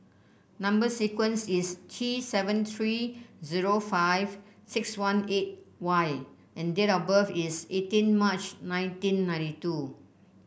number sequence is T seven three zero five six one eight Y and date of birth is eighteen March nineteen ninety two